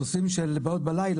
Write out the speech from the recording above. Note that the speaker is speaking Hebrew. נושאים של בעיות בלילה,